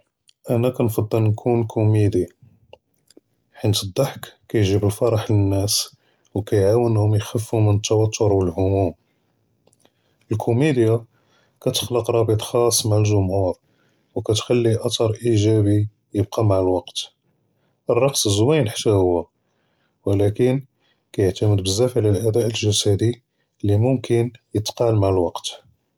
אנא כנפצל נكون קומדי חית דחכּ כייג'יב לפרח לנאס וכיעאונهم יחפו מן תותאר ואלהמום, אלקומידיה כתחלעק ראביט חצאס מע אלג׳ומחור וכתכלי את׳ר איג׳אבי ייבקה מע אלווקת. אלרקץ זויין חתא הו ולקין כיעתמד על אדאא ג׳סדי למומכן יתגאל מע אלווקת.